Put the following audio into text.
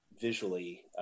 visually